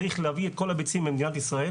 צריך להביא את כל הביצים למדינת ישראל.